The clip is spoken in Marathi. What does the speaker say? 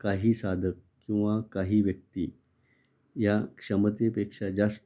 काही साधक किंवा काही व्यक्ती या क्षमतेपेक्षा जास्त